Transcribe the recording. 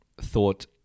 thought